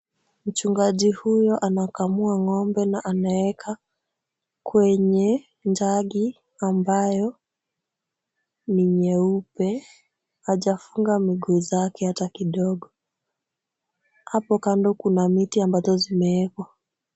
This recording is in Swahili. Mchungaji huyo anakamua ng'ombe na anaweka kwenye jagi ambayo ni nyeupe. Hajafunga miguu zake hata kidogo. Hapo kando kuna miti ambazo zimewekwa.